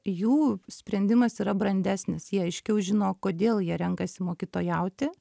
jų sprendimas yra brandesnis jie aiškiau žino kodėl jie renkasi mokytojauti